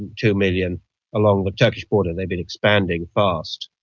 two million along the turkish border, and they've been expanding fast.